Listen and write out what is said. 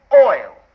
oil